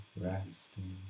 resting